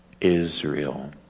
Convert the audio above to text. Israel